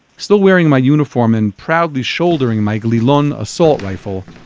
still wearing my uniform and proudly shouldering my glilon assault rifle,